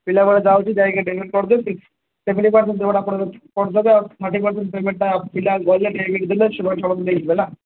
ପିଲାମାନେ ଯାଉଛି ଯାଇକି ଡେଲିଭରି କରିଦେଉଛି ପେମେଣ୍ଟ୍ଟା ପିଲା ଗଲେ ଯାଇକି ଦେବେ ହେଲା